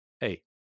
Hey